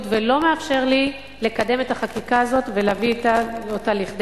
ולא מאפשר לי לקדם את החקיקה הזאת ולהביא אותה לכדי